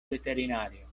veterinario